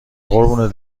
قربون